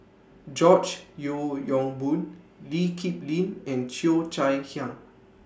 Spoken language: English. George Yeo Yong Boon Lee Kip Lin and Cheo Chai Hiang